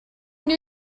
new